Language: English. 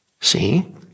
see